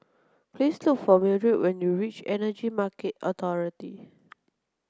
please look for Mildred when you reach Energy Market Authority